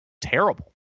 terrible